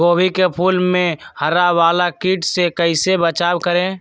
गोभी के फूल मे हरा वाला कीट से कैसे बचाब करें?